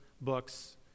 books